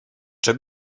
czy